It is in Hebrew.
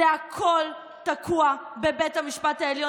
זה הכול תקוע בבית המשפט העליון.